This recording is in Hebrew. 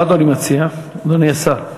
מה אדוני מציע, אדוני השר,